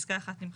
פסקה 1 נמחקה.